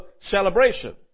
celebration